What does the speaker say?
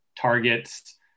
targets